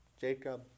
Jacob